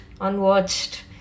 unwatched